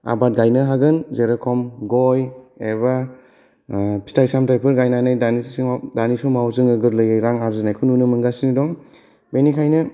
आबाद गायनो हागोन जेरेखम गय एबा फिथाइ सामथाइफोर गायनानै दानि समाव दानि समाव जों गोरलैयै रां आरजिनायखौ नुनो मोनगासिनो दं बेनिखायनो